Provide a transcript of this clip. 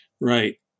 right